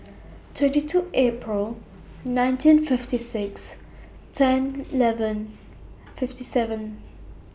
twenty two April nineteen fifty six ten eleven fifty seven